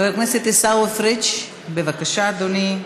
חבר הכנסת עיסאווי פריג', בבקשה, אדוני.